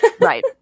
Right